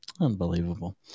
Unbelievable